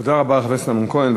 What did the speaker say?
תודה רבה לחבר הכנסת אמנון כהן,